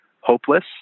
hopeless